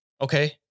okay